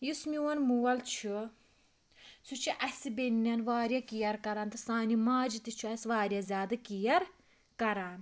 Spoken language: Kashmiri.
یُس میون مول چھُ سُہ چھُ اَسہِ بننٮ۪ن واریاہ کیر کَران تہٕ سانہِ ماجہِ تہِ چھُ اَسہِ واریاہ زیادٕ کیر کَران